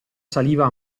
saliva